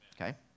okay